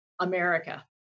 America